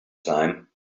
time